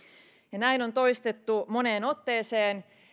näin on toistettu moneen otteeseen